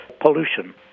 pollution